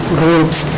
groups